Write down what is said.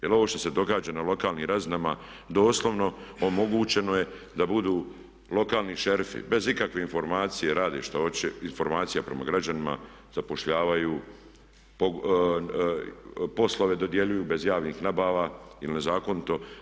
Jer ovo što se događa na lokalnim razinama, doslovno omogućeno je da budu lokalni šerifi, bez ikakve informacija rade što hoće, informacija prema građanima, zapošljavaju, poslove dodjeljuju bez javnih nabava il nezakonito.